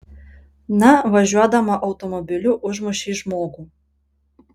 na važiuodama automobiliu užmušei žmogų